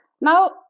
Now